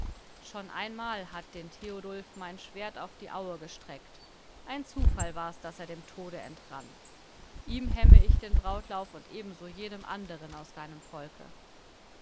schon einmal hat den theodulf mein schwert auf die aue gestreckt ein zufall war's daß er dem tode entrann ihm hemme ich den brautlauf und ebenso jedem anderen aus deinem volke